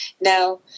Now